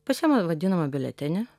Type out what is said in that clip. pasiima vadinamą biuletenį